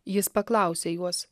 jis paklausė juos